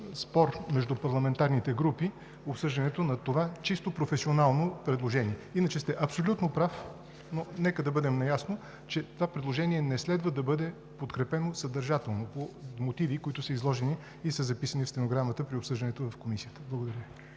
спор между парламентарните групи обсъждането на това чисто професионално предложение. Иначе сте абсолютно прав, но нека да бъдем наясно, че това предложение не следва да бъде подкрепено съдържателно по мотиви, които са изложени и са записани в стенограмата при обсъждането в Комисията. Благодаря